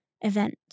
event